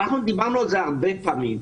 אנחנו דיברנו על זה הרבה פעמים.